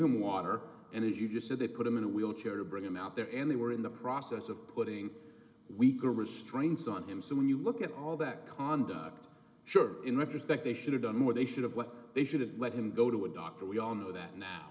him water and as you just said they put him in a wheelchair to bring him out there and they were in the process of putting weaker restraints on him so when you look at all that conduct sure in retrospect they should have done what they should have what they should have let him go to a doctor we all know that now